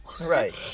Right